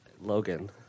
Logan